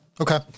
Okay